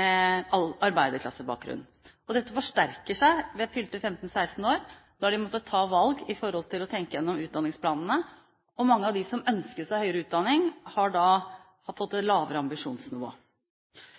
med arbeiderklassebakgrunn. Dette forsterker seg ved fylte 15–16 år. Da har de måttet ta valg ved å tenke gjennom utdanningsplanene, og mange av dem som ønsker seg høyere utdanning, har fått et lavere ambisjonsnivå.